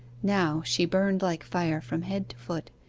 now she burned like fire from head to foot,